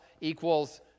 equals